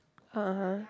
uh-huh